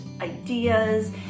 ideas